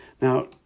Now